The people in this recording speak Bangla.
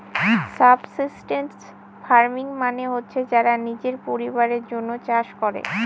সাবসিস্টেন্স ফার্মিং মানে হচ্ছে যারা নিজের পরিবারের জন্য চাষ করে